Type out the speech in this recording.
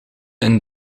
een